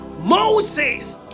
Moses